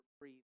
breathe